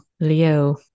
Leo